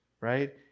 right